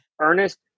Ernest